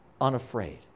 unafraid